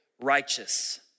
righteous